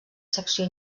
secció